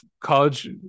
college